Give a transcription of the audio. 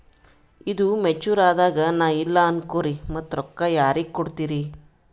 ಈದು ಮೆಚುರ್ ಅದಾಗ ನಾ ಇಲ್ಲ ಅನಕೊರಿ ಮತ್ತ ರೊಕ್ಕ ಯಾರಿಗ ಕೊಡತಿರಿ?